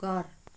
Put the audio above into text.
घर